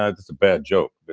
ah that's a bad joke.